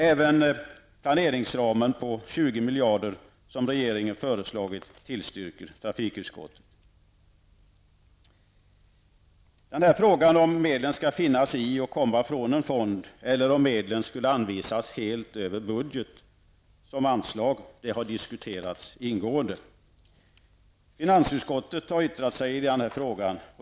Även den planeringsram på 20 miljarder kronor som regeringen föreslagit tillstyrker trafikutskottet. Frågan om medlen skall finnas i och komma från en fond eller om medlen skall anvisas helt över budget som anslag har diskuterats ingående. Finansutskottet har yttrat sig i denna fråga.